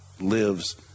lives